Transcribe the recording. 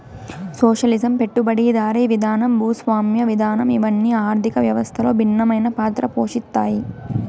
socialism పెట్టుబడిదారీ విధానం భూస్వామ్య విధానం ఇవన్ని ఆర్థిక వ్యవస్థలో భిన్నమైన పాత్ర పోషిత్తాయి